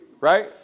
right